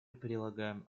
прилагаем